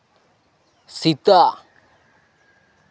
ᱥᱮᱛᱟ